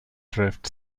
drift